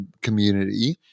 community